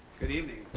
good evening.